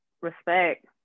respect